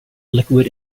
liquid